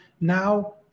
now